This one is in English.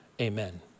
Amen